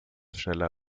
schneller